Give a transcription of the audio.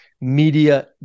media